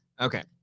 Okay